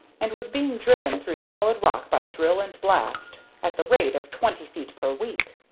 and was being driven through solid rock by drill and blast, at the rate of twenty feet per week.